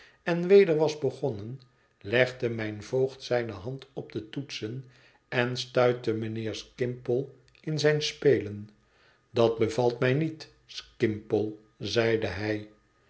en weder was begonnen legde mijn voogd zijne hand op de toetsen en stuitte mijnheer skimpole in zijn spelen dat bevalt mij niet skimpole zeide hij